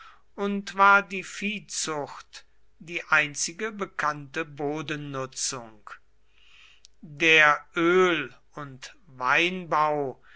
und war die viehzucht die einzige bekannte bodenbenutzung der öl und weinbau